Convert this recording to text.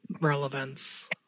relevance